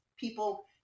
people